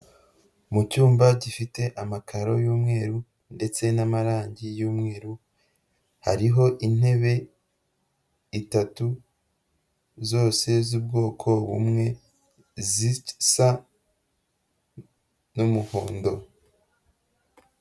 Mu cyumba gifite amakaro y'umweru ndetse n'amarangi y'umweru, hariho intebe itatu zose z'ubwoko bumwe zisa n'umuhondo.